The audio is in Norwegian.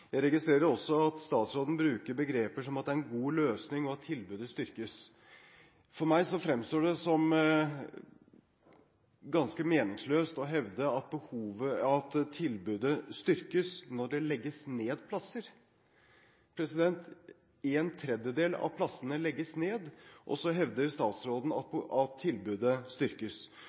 Jeg registrerer også at statsråden bruker begreper som at det er en god løsning, og at tilbudet styrkes. For meg fremstår det som ganske meningsløst å hevde at tilbudet styrkes når det legges ned plasser. En tredjedel av plassene legges ned, og så hevder statsråden at tilbudet styrkes. Det er ikke første gang at